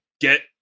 get